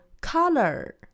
color